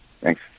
Thanks